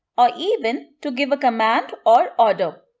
or even to give a command or order.